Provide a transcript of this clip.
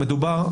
מדובר,